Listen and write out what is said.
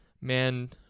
man